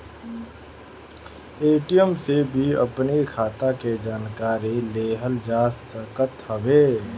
ATM से भी अपनी खाता के जानकारी लेहल जा सकत हवे